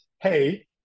hey